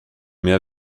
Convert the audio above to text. mais